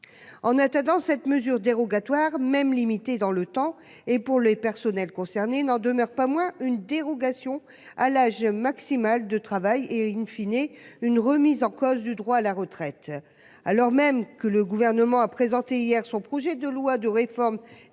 En attendant cette mesure dérogatoire même limitée dans le temps et pour les personnels concernés n'en demeure pas moins une dérogation à l'âge maximal de travail et in fine et une remise en cause du droit à la retraite, alors même que le gouvernement a présenté hier son projet de loi de réforme des retraites